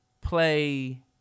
play